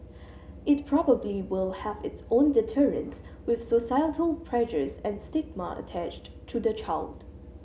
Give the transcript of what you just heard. it probably will have its own deterrents with societal pressures and stigma attached to the child